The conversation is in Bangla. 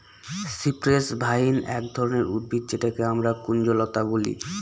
সিপ্রেস ভাইন এক ধরনের উদ্ভিদ যেটাকে আমরা কুঞ্জলতা বলি